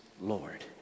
Lord